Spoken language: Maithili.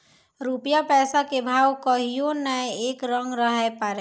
रूपया पैसा के भाव कहियो नै एक रंग रहै पारै